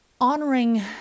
honoring